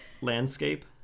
landscape